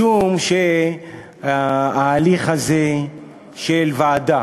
משום שההליך הזה של ועדה,